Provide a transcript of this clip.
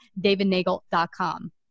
davidnagel.com